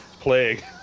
Plague